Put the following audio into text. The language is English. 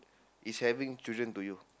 is having children to you